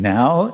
now